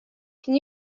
can